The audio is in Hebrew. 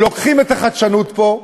לוקחים את החדשנות פה,